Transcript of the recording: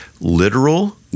literal